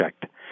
checked